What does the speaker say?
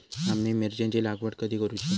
आम्ही मिरचेंची लागवड कधी करूची?